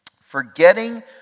Forgetting